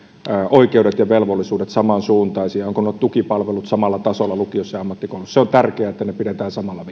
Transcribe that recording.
oikeudet ja velvollisuudet samansuuntaisia ovatko nuo tukipalvelut samalla tasolla lukiossa ja ammattikoulussa on tärkeää että ne pidetään samalla